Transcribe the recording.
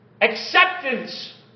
Acceptance